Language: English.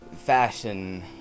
fashion